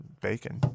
bacon